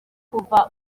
kuva